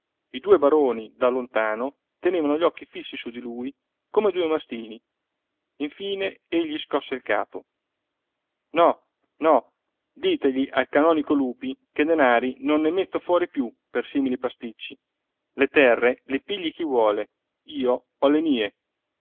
i due baroni da lontano tenevano gli occhi fissi su di lui come due mastini infine egli scosse il capo no no ditegli al canonico lupi che denari non ne metto fuori più per simili pasticci le terre se le pigli chi vuole io ho le mie